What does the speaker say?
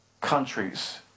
countries